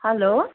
hello